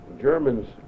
Germans